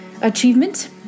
achievement